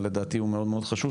אבל לדעתי הוא מאוד מאוד חשוב,